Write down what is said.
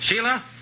Sheila